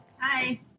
Hi